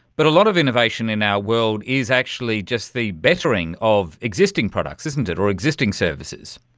but a lot of innovation in our world is actually just the bettering of existing products, isn't it, or existing services.